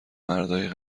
مردای